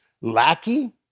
Lackey